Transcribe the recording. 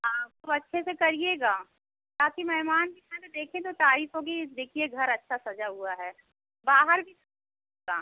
हाँ खूब अच्छे से करिएगा ताकि मेहमान भी आऍं तो देखें तो तारीफ़ होगी देखिए घर अच्छा सजा हुआ है बाहर भी होगा